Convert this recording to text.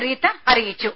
റീത്ത അറിയിച്ചു